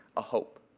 a hope.